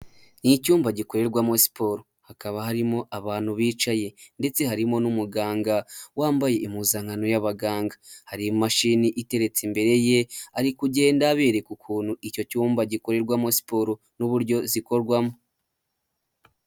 Ni icyumba gikorerwamo siporo hakaba harimo abantu bicaye ndetse harimo n'umuganga wambaye impuzankano y'abaganga, hari imashini iteretse imbere ye ari kugenda abereka ukuntu icyo cyumba gikorerwamo siporo n'uburyo zikorwamo.